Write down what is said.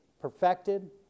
perfected